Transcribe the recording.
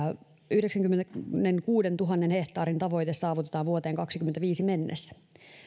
yhdeksänkymmenenkuudentuhannen hehtaarin tavoite saavutetaan vuoteen kahdessakymmenessäviidessä mennessä